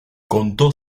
contó